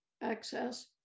access